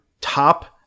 top